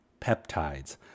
peptides